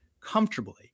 comfortably